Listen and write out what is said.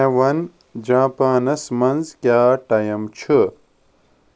مے ون جاپانس منز کیاہ ٹایم چھُ